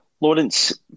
Lawrence